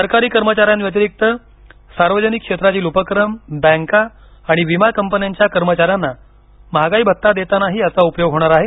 सरकारी कर्मचाऱ्यांव्यतिरिक्त सार्वजनिक क्षेत्रातील उपक्रम बँका आणि विमा कंपन्यांच्या कर्मचाऱ्यांना महागाई भत्ता देतानाही याचा उपयोग होणार आहे